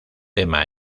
tema